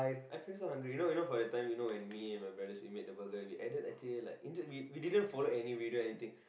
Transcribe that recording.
I feel so hungry you know you know for that time when me and my brother we made the burgers we didn't follow any videos or anything